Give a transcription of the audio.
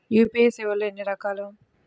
UPI సేవలు ఎన్నిరకాలు?